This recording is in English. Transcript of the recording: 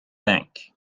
bank